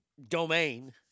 domain